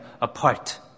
apart